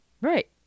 Right